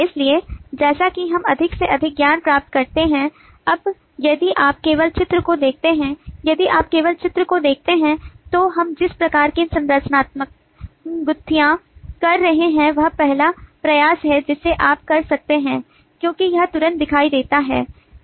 इसलिए जैसा कि हम अधिक से अधिक ज्ञान प्राप्त करते हैं अब यदि आप केवल चित्र को देखते हैं यदि आप केवल चित्र को देखते हैं तो हम जिस प्रकार की संरचनात्मक गुत्थियां कर रहे हैं वह पहला प्रयास है जिसे आप कर सकते हैं क्योंकि यह तुरंत दिखाई देता है